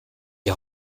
die